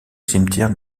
cimetière